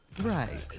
Right